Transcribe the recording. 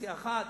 קדנציה אחת,